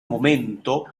momento